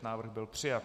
Návrh byl přijat.